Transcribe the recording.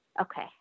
Okay